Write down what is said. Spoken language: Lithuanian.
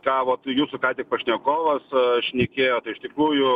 ką vat jūsų ką tik pašnekovas šnekėjo tai iš tikrųjų